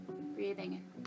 Breathing